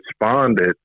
responded